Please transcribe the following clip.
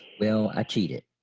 well i cheated.